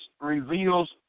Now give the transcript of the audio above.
reveals